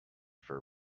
for